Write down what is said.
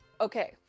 Okay